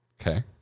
Okay